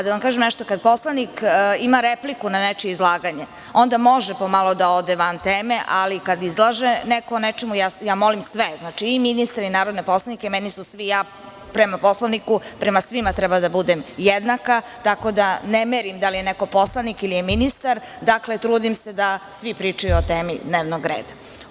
Da vam kažem nešto, kad poslanik ima repliku na nečije izlaganje, onda može malo da ode van teme, ali kada izlaže neko o nečemu, ja molim sve, znači i ministre i narodne poslanike, prema Poslovniku prema svima treba da budem jednaka, tako da ne merim da li je neko poslanik ili je ministar, dakle trudim se da svi pričaju o temi dnevnog reda.